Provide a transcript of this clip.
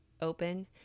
open